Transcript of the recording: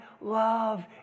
love